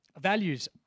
Values